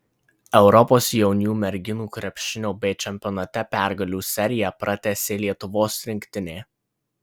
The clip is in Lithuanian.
europos jaunių merginų krepšinio b čempionate pergalių seriją pratęsė lietuvos rinktinė